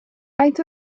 faint